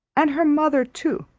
and her mother too,